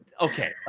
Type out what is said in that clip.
okay